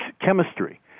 chemistry